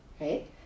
right